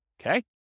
Okay